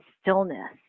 stillness